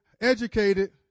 educated